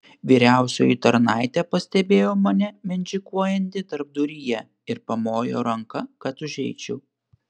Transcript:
vyriausioji tarnaitė pastebėjo mane mindžikuojantį tarpduryje ir pamojo ranka kad užeičiau